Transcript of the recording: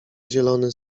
zielony